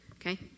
Okay